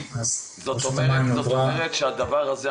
--- זאת אומרת שהדבר הזה,